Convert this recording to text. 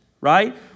right